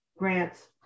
grants